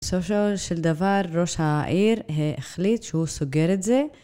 בסופו של דבר ראש העיר החליט שהוא סוגר את זה.